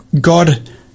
God